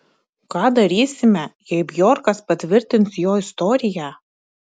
ką darysime jei bjorkas patvirtins jo istoriją